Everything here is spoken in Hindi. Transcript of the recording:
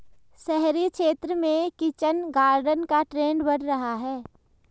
शहरी क्षेत्र में किचन गार्डन का ट्रेंड बढ़ रहा है